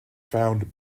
found